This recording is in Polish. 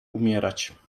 umierać